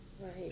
right